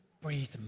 breathe